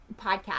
podcast